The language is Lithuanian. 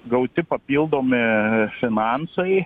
gauti papildomi finansai